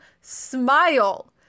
smile